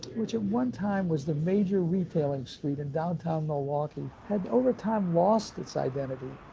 which at one time was the major retailing street in downtown milwaukee, had, over time, lost its identity.